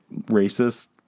racist